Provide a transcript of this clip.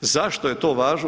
Zašto je to važno?